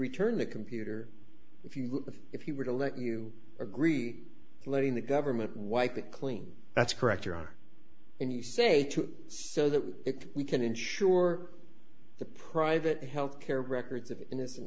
return the computer if you if you were to let you agree to letting the government wipe it clean that's correct your honor and you say to so that if we can ensure the private health care records of innocent